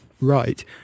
right